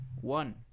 one